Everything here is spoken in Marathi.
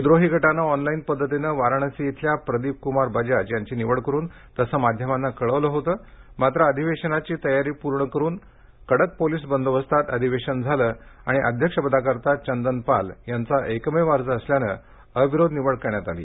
विद्रोही गटाने ऑनलाईन पद्धतीनं वाराणसी इथल्या प्रदीपकुमार बजाज यांची निवड करुन तसं माध्यमांना कळवलं होतं मात्र अधिवेशनाची तयारी पूर्ण करुन कडक पोलीस बंदोबस्तात अधिवेशन झालं आणि अध्यक्ष पदाकरिता चंदन पाल यांचा एकमेव अर्ज असल्यानं अविरोध निवड करण्यात आली